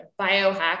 biohack